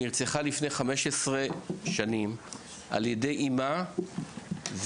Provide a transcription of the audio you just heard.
שנרצחה לפני 15 שנים על ידי אמה וסבה,